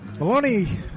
Maloney